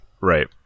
right